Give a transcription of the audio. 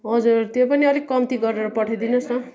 हजुर त्यो पनि अलिक कम्ती गरेर पठाइदिनुहोस् न